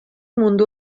mundu